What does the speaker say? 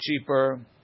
cheaper